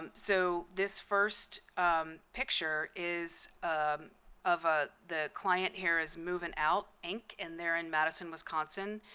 um so this first picture is of a the client here is movin' out, inc, and they're in madison, wisconsin.